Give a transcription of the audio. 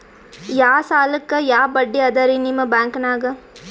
ಯಾ ಸಾಲಕ್ಕ ಯಾ ಬಡ್ಡಿ ಅದರಿ ನಿಮ್ಮ ಬ್ಯಾಂಕನಾಗ?